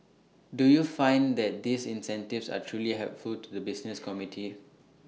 do you find that these incentives are truly helpful to the business community